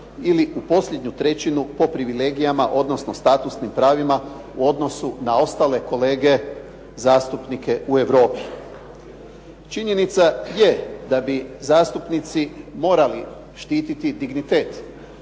ili u posljednju trećinu po privilegijama odnosno statusnim pravilima u odnosu na ostale kolege zastupnike u Europi. Činjenica je da bi zastupnici morali štititi dignitet